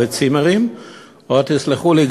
תסלחו לי,